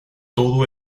todo